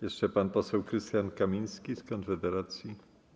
Jeszcze pan poseł Krystian Kamiński z Konfederacji.